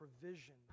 provision